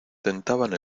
tentaban